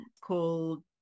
called